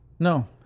No